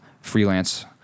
freelance